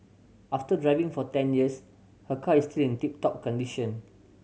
after driving for ten years her car is still in tip top condition